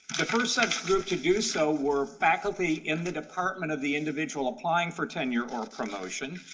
the first such group to do so were faculty in the department of the individual applying for tenure or promotion.